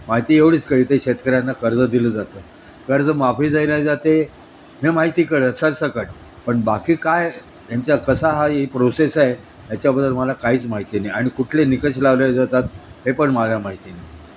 माहिती एवढीच कळते शेतकऱ्यांना कर्ज दिलं जातं कर्जमाफी दिल्या जाते हे माहिती कळ सरसकट पण बाकी काय त्यांचा कसा हा ही प्रोसेस आहे याच्याबद्दल मला काहीच माहिती नाही आणि कुठले निकष लावले जातात हे पण मला माहिती नाही